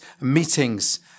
meetings